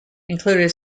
included